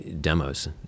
demos